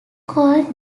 called